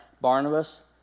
Barnabas